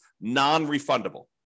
non-refundable